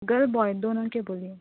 girl boy دونوں کے بولیے